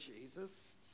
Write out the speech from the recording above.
Jesus